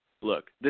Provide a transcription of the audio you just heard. Look